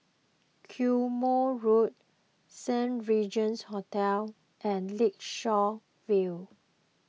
Quemoy Road Saint Regis Hotel and Lakeshore View